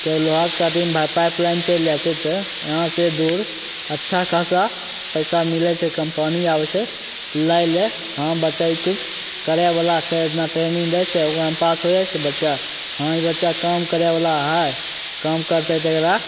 किएकि लोहा cutting pipe लाइनमे चलि जाइ छै तऽ यहाँसे दूर अच्छा खासा पइसा मिलै छै कम्पनी आबै छै लै ले हँ ई बच्चा किछु करैवला छै एतना ट्रेनिन्ग दै छै ओकरामे पास हो जाइ छै बच्चा हँ ई बच्चा काम करैवला हइ काम करतै तऽ एकरा